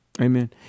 Amen